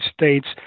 States